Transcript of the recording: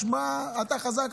אתה חזק,